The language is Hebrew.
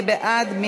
מי בעד?